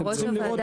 אתם צריכים לראות,